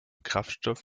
kraftstoff